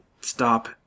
stop